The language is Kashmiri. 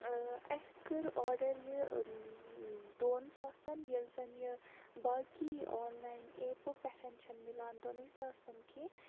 اَسہِ کٔر آرڈَر یہِ دۄن ساسَن ییٚلہِ زَن یہِ باقٕے آنلایَن ایٚپو پٮ۪ٹھ چھَنہٕ مِلان دۄنٕے ساسَن کیٚنٛہہ